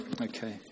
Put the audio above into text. Okay